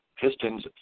Pistons